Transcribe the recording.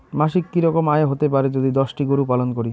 মাসিক কি রকম আয় হতে পারে যদি দশটি গরু পালন করি?